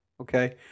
Okay